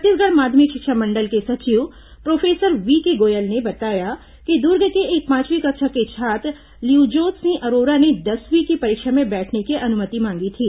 छत्तीसगढ़ माध्यमिक शिक्षा मंडल के सचिव प्रोफेसर वीके गोयल ने बताया कि दुर्ग के एक पांचवीं कक्षा के छात्र लिवजोत सिंह अरोरा ने दसवीं की परीक्षा में बैठने की अनुमति मांगी थी